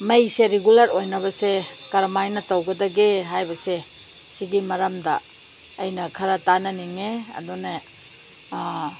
ꯃꯩꯁꯦ ꯔꯤꯒꯨꯂꯔ ꯑꯣꯏꯕꯅꯁꯦ ꯀꯔꯝ ꯍꯥꯏꯅ ꯇꯧꯒꯗꯒꯦ ꯍꯥꯏꯕꯁꯦ ꯁꯤꯒꯤ ꯃꯔꯝꯗ ꯑꯩꯅ ꯈꯔ ꯇꯥꯟꯅꯅꯤꯡꯉꯦ ꯑꯗꯨꯅ